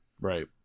Right